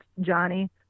Johnny